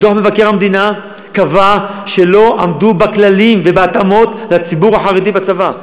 לא עמדו בכללים ובהתאמות לציבור החרדי בצבא.